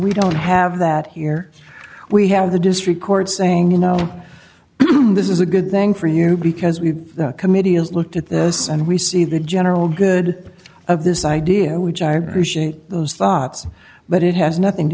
we don't have that here we have the district court saying you know this is a good thing for you because we the committee has looked at this and we see the general good of this idea we gyration those thoughts but it has nothing to